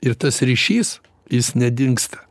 ir tas ryšys jis nedingsta